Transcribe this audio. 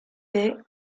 est